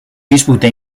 disputa